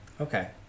Okay